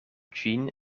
ĝin